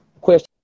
question